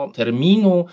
terminu